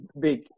big